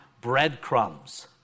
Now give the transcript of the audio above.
breadcrumbs